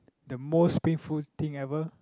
the most painful thing ever